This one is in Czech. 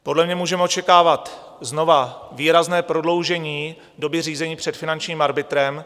Podle mě můžeme očekávat znova výrazné prodloužení v době řízení před finančním arbitrem.